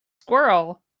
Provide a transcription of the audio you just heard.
Squirrel